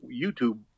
YouTube